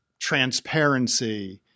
transparency